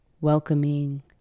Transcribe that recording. welcoming